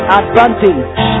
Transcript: advantage